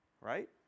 right